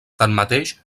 tanmateix